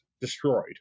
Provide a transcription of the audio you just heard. destroyed